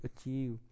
achieve